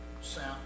Sound